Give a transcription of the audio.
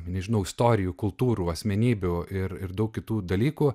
nežinau istorijų kultūrų asmenybių ir ir daug kitų dalykų